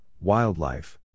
wildlife